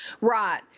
Right